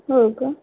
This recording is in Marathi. हो का